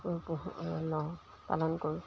পালন কৰোঁ